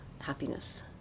happiness